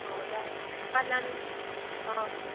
ಹೌದಾ ನನ್ನ ಹಾಂ